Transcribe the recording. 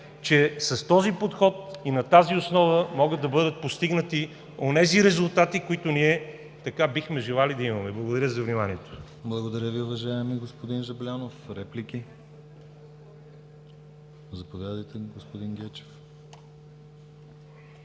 че с този подход и на тази основа могат да бъдат постигнати резултатите, които бихме желали да имаме. Благодаря за вниманието.